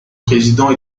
président